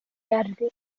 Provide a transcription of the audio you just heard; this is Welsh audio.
gerddi